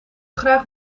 graag